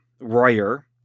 Royer